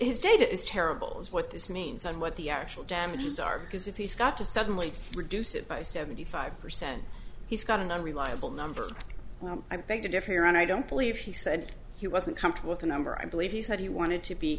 it is data is terrible is what this means and what the actual damages are because if he's got to suddenly reduce it by seventy five percent he's got an unreliable number i beg to differ on i don't believe he said he wasn't comfortable with the number i believe he said he wanted to be